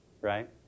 right